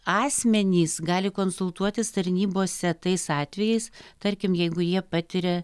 asmenys gali konsultuotis tarnybose tais atvejais tarkim jeigu jie patiria